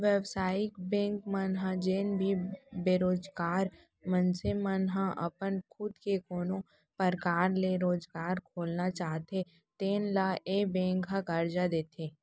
बेवसायिक बेंक मन ह जेन भी बेरोजगार मनसे मन ह अपन खुद के कोनो परकार ले रोजगार खोलना चाहते तेन ल ए बेंक ह करजा देथे